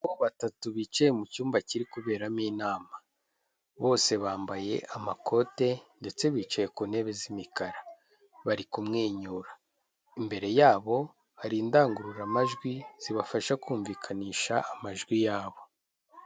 Batatu bicaye mu cyumba kiri kuberamo inama, bose bambaye amakote ndetse bicaye ku ntebe z'imikara, bari kumwenyura, imbere yabo hari indangururamajwi zibafasha kumvikanisha amajwi yabo.